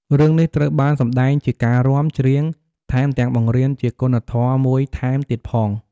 រឿងនេះត្រូវបានសម្ដែងជាការរាំ ច្រៀង ថែមទាំងបង្រៀនជាគុណធម៌មួយថែមទៀតផង។